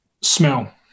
smell